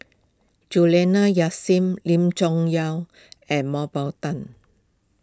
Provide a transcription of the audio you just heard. Juliana Yasin Lim Chong Yah and Mah Bow Tan